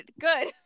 Good